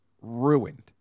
ruined